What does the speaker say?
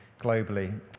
globally